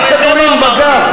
ארבעה כדורים בגב.